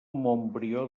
montbrió